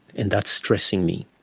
and that's stressing me.